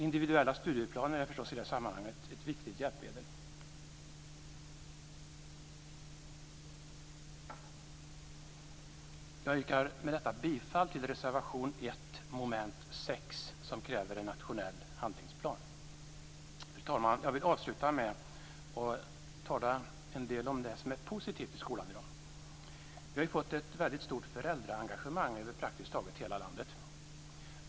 Individuella studieplaner är förstås i det sammanhanget ett viktigt hjälpmedel. Jag yrkar med detta bifall till reservation 1 under mom. 6, där man kräver en nationell handlingsplan. Fru talman! Jag vill avsluta med att tala en del om det som är positivt i skolan i dag. Vi har fått ett väldigt stort föräldraengagemang över praktiskt taget hela landet.